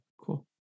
Cool